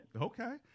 Okay